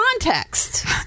context